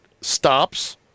stops